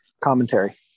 Commentary